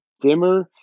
dimmer